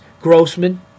Grossman